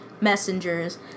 messengers